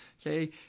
Okay